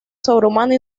sobrehumana